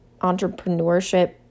entrepreneurship